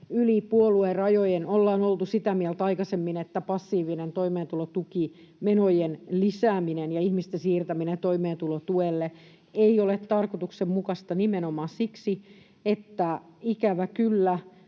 Yli puoluerajojen ollaan oltu sitä mieltä aikaisemmin, että passiivinen toimeentulotukimenojen lisääminen ja ihmisten siirtäminen toimeentulotuelle ei ole tarkoituksenmukaista nimenomaan siksi, että ikävä kyllä